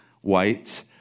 white